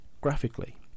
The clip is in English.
graphically